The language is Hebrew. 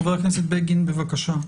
חבר הכנסת בגין, בבקשה.